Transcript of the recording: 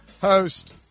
host